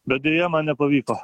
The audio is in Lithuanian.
bet deja man nepavyko